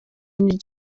niryo